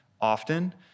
often